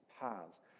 paths